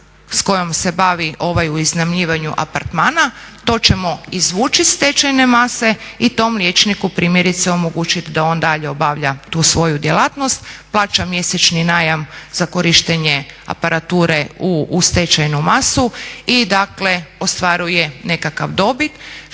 s kojom se bavi ovaj u iznajmljivanju apartmana to ćemo izvući iz stečajne mase i tom liječniku primjerice omogućiti da on dalje obavlja tu svoju djelatnost, plaća mjesečni najam za korištenje aparature u stečajnu masu i dakle ostvaruje nekakvu dobit.